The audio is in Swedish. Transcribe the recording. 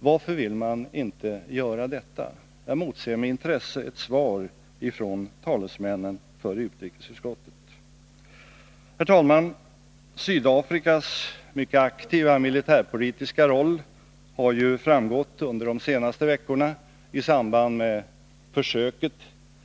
Varför vill man inte göra detta? Jag motser med intresse ett svar från talesmännen för utrikesutskottet. Herr talman! Sydafrikas mycket aktiva militärpolitiska roll har ju framgått under de senaste veckorna i samband med försöket